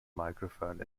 microphone